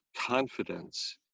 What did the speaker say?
confidence